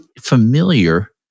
familiar